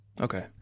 Okay